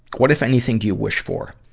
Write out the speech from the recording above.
what, if anything, do you wish for?